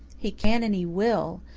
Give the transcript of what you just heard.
he can and he will.